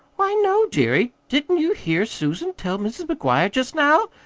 why, no, dearie. didn't you hear susan tell mis' mcguire jest now?